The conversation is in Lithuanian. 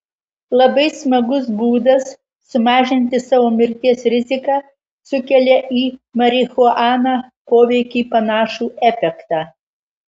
labai smagus būdas sumažinti savo mirties riziką sukelia į marihuaną poveikį panašų efektą